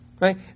Right